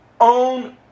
own